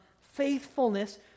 faithfulness